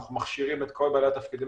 אנחנו מכשירים את כל בעלי התפקידים